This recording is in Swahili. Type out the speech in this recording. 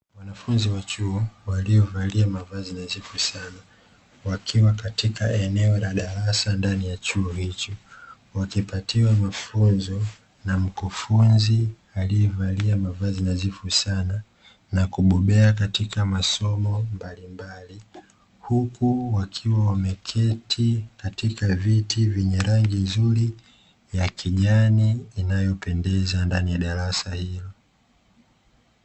Wanafunzi wa chuo waliovalia mavazi nadhifu sana wakiwa katika eneo la darasa ndani ya chuo hicho. Wakipatiwa mafunzo na mkufunzi aliyevalia mavazi nadhifu sana na kubobea katika masomo mbalimbali. Huku wakiwa wameketi katika viti vyenye rangi nzuri ya kijani inayopendeza ndani ya darasa hilo.